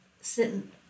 sitting